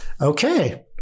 okay